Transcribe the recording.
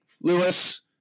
Lewis